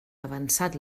avançat